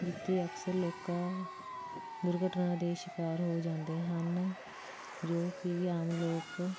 ਜਿੱਥੇ ਅਕਸਰ ਲੋਕ ਦੁਰਘਟਨਾ ਦੇ ਸ਼ਿਕਾਰ ਹੋ ਜਾਂਦੇ ਹਨ ਜੋ ਕਿ ਆਮ ਲੋਕ